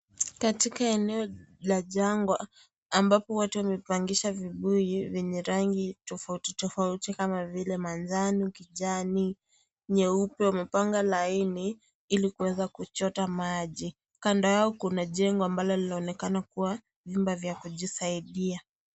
Katika eneo la jangwa ambapo watu wamepandisha vibuyu vyenye rangi tofauti tofauti kama vile; manjano, kijani, nyeupe wamepanga laini ili kuweza kuchota maji kando yao kuna jengo ambalo linaonekana kuwa vyumba vya kujisaidia.